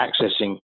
accessing